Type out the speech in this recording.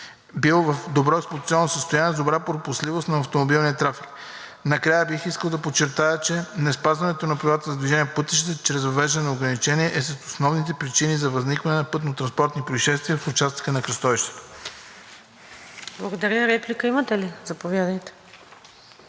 бил в добро експлоатационно състояние, с добра пропускливост на автомобилния трафик. Накрая бих искал да подчертая, че неспазването на правилата за движение по пътищата чрез въвеждане на ограничения е в основните причини за възникване на пътнотранспортни произшествия в участъка на кръстовището. ПРЕДСЕДАТЕЛ НАДЕЖДА САМАРДЖИЕВА: Благодаря. Реплика имате ли? Заповядайте.